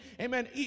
Amen